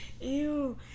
Ew